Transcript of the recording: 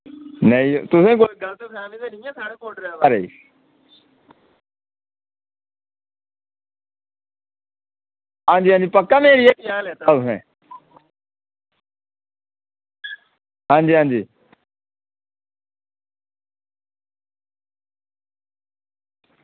नेईं तुसें ई कोई गलतफैहमी ते निं ऐ साढ़े बारै दी हां जी हां जी पक्का मेरी हट्टिया लैता तुसें हां जी हां जी